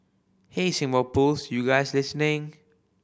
hey Singapore Pools you guys listening